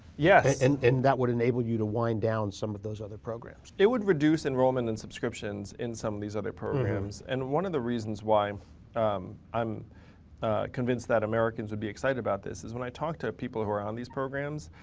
yes. and that would enable you to wind down some of those other programs. it would reduce enrollment and subscriptions in some of these other programs. and one of the reasons why i'm convinced that americans would be excited about this is when i talk to people who are on these programs.